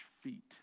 feet